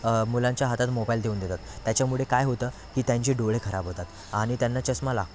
मुलांच्या हातात मोबाईल देऊन देतात त्याच्यामुळे काय होतं की त्यांचे डोळे खराब होतात आणि त्यांना चष्मा लागतो